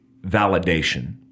validation